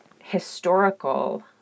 historical